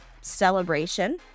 celebration